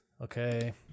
okay